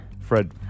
Fred